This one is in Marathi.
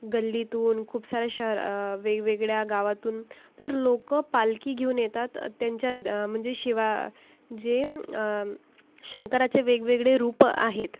गल्लीतून खूप साऱ्या शह वेगवेगळ्या गावातून तर लोकं पालखी घेऊन येतात त्यांच्या म्हणजे शिवा जेम शंकराचे वेगवेगळे रूप आहेत